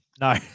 No